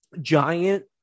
Giant